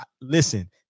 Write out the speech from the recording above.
Listen